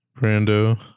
Brando